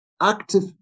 active